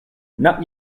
not